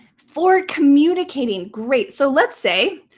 for communicating. great. so let's say